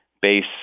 base